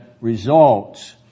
results